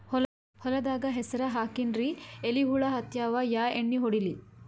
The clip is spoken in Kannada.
ಹೊಲದಾಗ ಹೆಸರ ಹಾಕಿನ್ರಿ, ಎಲಿ ಹುಳ ಹತ್ಯಾವ, ಯಾ ಎಣ್ಣೀ ಹೊಡಿಲಿ?